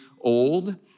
old